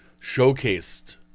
showcased